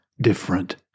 different